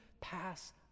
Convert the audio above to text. pass